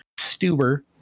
Stuber